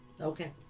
Okay